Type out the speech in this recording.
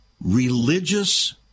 religious